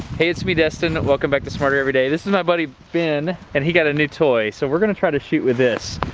hey it's me destin, welcome back to smarter every day. this is my buddy ben, and he got a new toy, so we're gonna try to shoot with this.